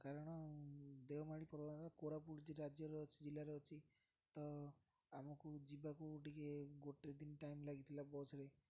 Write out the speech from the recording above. କାରଣ ଦେଓମାଳି କୋରାପୁଟ ଯେଉଁ ରାଜ୍ୟର ଅଛି ଜିଲ୍ଲାରେ ଅଛି ତ ଆମକୁ ଯିବାକୁ ଟିକେ ଗୋଟେ ଦିନ ଟାଇମ୍ ଲାଗିଥିଲା ବସ୍ରେ